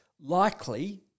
likely